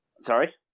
Sorry